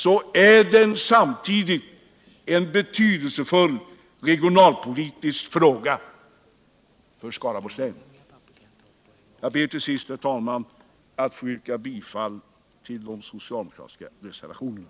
så är den samtidigt en betydelsefull regionalpolitisk fråga för Skaraborgs län. Jag ber till sist. herr talman. att få yrka bifall till de socialdemokratiska reservationerna.